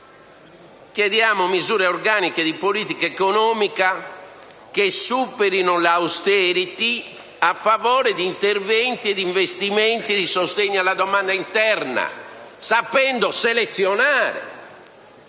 Chiediamo misure organiche di politica economica che superino l'*austerity* a favore di interventi ed investimenti di sostegno alla domanda interna, sapendo selezionare,